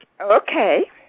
Okay